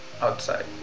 outside